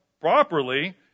properly